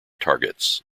targets